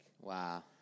Wow